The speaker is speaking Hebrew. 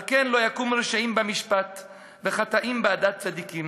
על כן לא יקמו רשעים במשפט וחטאים בעדת צדיקים,